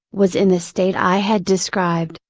was in the state i had described,